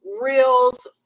Reels